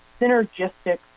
synergistic